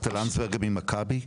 ד"ר לנסברגר ממכבי.